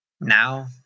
Now